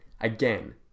again